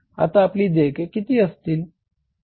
आता आपली देयके किती असतील